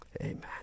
amen